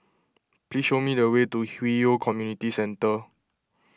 please show me the way to Hwi Yoh Community Centre